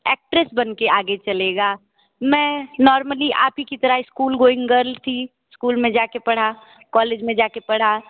actress बन के आगे चलेगा मैं नॉर्मली आप ही की तरह स्कूल गोइंग गर्ल थी स्कूल में जा कर पढ़ा कॉलेज में जा कर पढ़ा